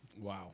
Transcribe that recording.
Wow